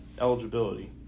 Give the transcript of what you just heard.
eligibility